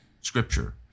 Scripture